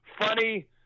funny